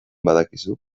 badakizu